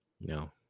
No